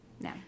No